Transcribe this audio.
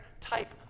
type